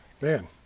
man